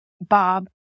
Bob